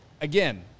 Again